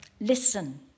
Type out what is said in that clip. Listen